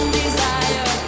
desire